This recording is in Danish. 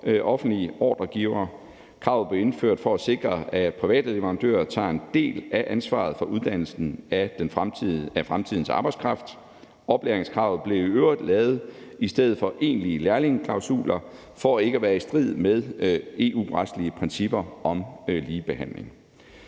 offentlige ordregivere. Kravet blev indført for at sikre, at private leverandører tager en del af ansvaret for uddannelsen af fremtidens arbejdskraft. Oplæringskravet blev i øvrigt lavet i stedet for egentlige lærlingeklausuler for ikke at være i strid med EU-retslige principper om ligebehandling.